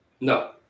No